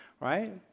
right